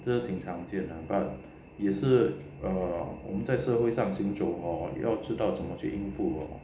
是挺常见 but 也是 err 我们在社会上很久 hor 要知道怎么去应付咯